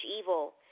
evil